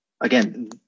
again